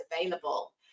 available